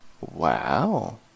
Wow